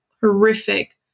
horrific